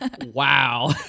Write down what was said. Wow